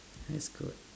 that's good